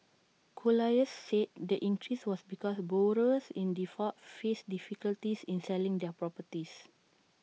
colliers said the increase was because borrowers in default faced difficulties in selling their properties